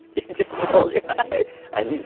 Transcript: you just rolled your eyes i need